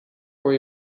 worry